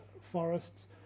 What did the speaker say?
forests